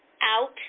out